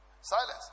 silence